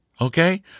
Okay